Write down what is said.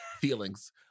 feelings